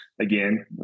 Again